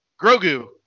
Grogu